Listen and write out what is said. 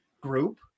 group